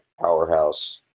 powerhouse